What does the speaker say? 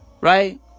right